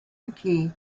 mckee